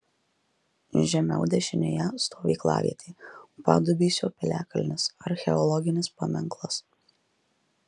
žemiau dešinėje stovyklavietė padubysio piliakalnis archeologinis paminklas